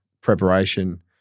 preparation